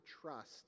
trust